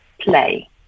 play